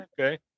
Okay